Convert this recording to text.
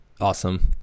Awesome